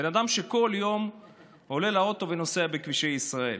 בן אדם שכל יום עולה לאוטו ונוסע בכבישי ישראל?